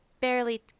barely